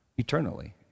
Eternally